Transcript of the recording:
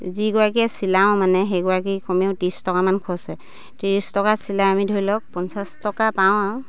যিগৰাকীয়ে চিলাওঁ মানে সেইগৰাকী কমেও ত্ৰিছ টকামান খৰচ হয় ত্ৰিছ টকাত চিলাই আমি ধৰি লওক পঞ্চাছ টকা পাওঁ আৰু